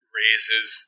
raises